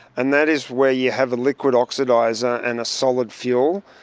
and that is where you have a liquid oxidiser and a solid fuel,